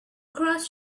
cross